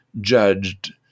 judged